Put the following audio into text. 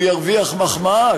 הוא ירוויח מחמאה,